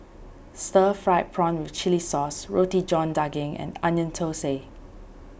Stir Fried Prawn with Chili Sauce Roti John Daging and Onion Thosai